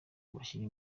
bashyira